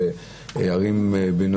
ומקסימום